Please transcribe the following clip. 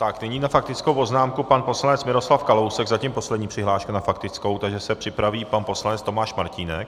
Nyní na faktickou poznámku pan poslanec Miroslav Kalousek, zatím poslední přihláška na faktickou, takže se připraví pan poslanec Tomáš Martínek.